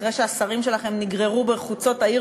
אחרי שהשרים שלכם נגררו בחוצות העיר